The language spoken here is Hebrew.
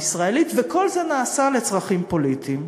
הישראלית, וכל זה נעשה לצרכים פוליטיים.